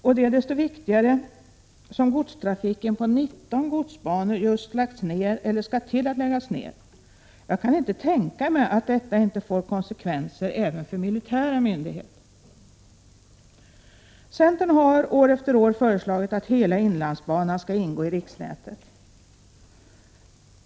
Detta är desto viktigare som godstrafiken på 19 godsbanor just lagts ned eller skall till att läggas ned. Jag kan inte tänka mig att detta inte får konsekvenser även för militära myndigheter. Centern har år efter år föreslagit att hela inlandsbanan skall ingå i riksnätet.